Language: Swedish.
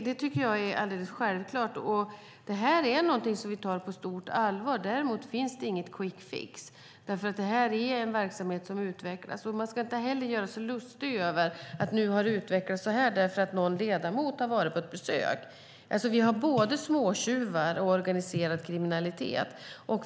Det tycker jag är alldeles självklart. Det här är något som vi tar på stort allvar. Däremot finns det ingen quick fix, därför att det här är en verksamhet som utvecklas. Man ska inte heller göra sig lustig över hur detta har utvecklats bara för att någon ledamot har varit på ett besök. Vi har både småtjuvar och organiserad kriminalitet.